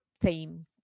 theme